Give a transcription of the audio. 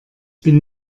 bin